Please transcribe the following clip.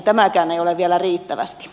tämäkään ei ole vielä riittävästi